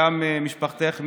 משפחתך מעיראק.